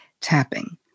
tapping